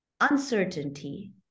uncertainty